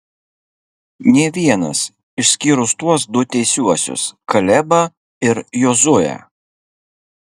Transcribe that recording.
nė vienas išskyrus tuos du teisiuosius kalebą ir jozuę